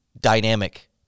dynamic